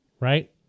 right